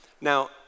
Now